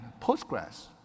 Postgres